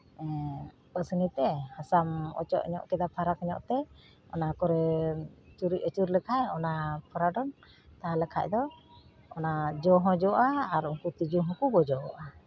ᱯᱟᱹᱥᱱᱤ ᱛᱮ ᱦᱟᱥᱟᱢ ᱚᱪᱚᱜ ᱧᱚᱜ ᱠᱮᱫᱟ ᱯᱷᱟᱨᱟᱠ ᱧᱚᱜ ᱛᱮ ᱚᱱᱟ ᱠᱚᱨᱮ ᱪᱩᱨᱩᱡ ᱟᱹᱪᱩᱨ ᱞᱮᱠᱷᱟᱡ ᱚᱱᱟ ᱯᱷᱮᱨᱟᱰᱚᱞ ᱛᱟᱦᱞᱮ ᱠᱷᱟᱱ ᱫᱚ ᱚᱱᱟ ᱡᱚ ᱦᱚᱸ ᱡᱚᱜᱼᱟ ᱟᱨ ᱛᱤᱸᱡᱩ ᱦᱚᱸᱠᱚ ᱜᱚᱡᱚᱜᱚᱜᱼᱟ